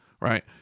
right